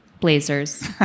blazers